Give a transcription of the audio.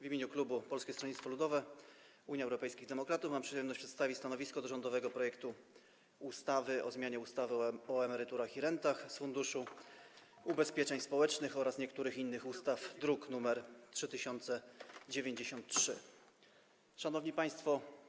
W imieniu klubu Polskiego Stronnictwa Ludowego - Unii Europejskich Demokratów mam przyjemność przedstawić stanowisko wobec rządowego projektu ustawy o zmianie ustawy o emeryturach i rentach z Funduszu Ubezpieczeń Społecznych oraz niektórych innych ustaw, druk nr 3093. Szanowni Państwo!